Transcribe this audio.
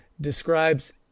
describes